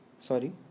Sorry